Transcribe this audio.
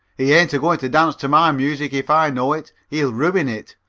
he ain't agoing to dance to my music if i know it. he'll ruin it.